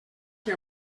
que